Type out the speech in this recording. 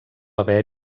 haver